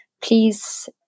please